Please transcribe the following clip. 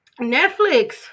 Netflix